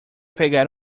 pegar